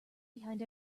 behind